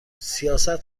سیاست